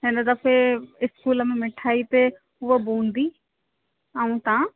हिन दफ़े स्कूल ते मिठाई ते उहा बूंदी ऐं तव्हां